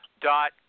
dot